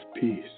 peace